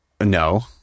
No